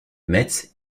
mets